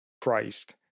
Christ